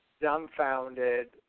dumbfounded